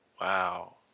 wow